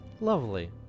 Lovely